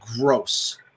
gross